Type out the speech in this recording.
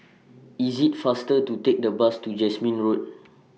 IS IT faster to Take The Bus to Jasmine Road